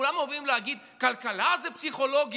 כולם אוהבים להגיד: כלכלה זה פסיכולוגיה,